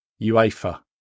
UEFA